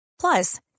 Plus